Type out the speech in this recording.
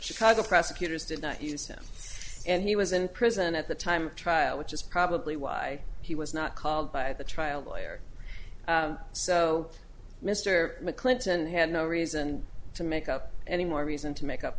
chicago prosecutors did not use him and he was in prison at the time trial which is probably why he was not called by the trial lawyer so mr mcclinton had no reason to make up any more reason to make up